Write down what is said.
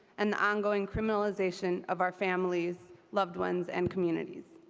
and the ongoing criminalization of our families, loved ones and communities.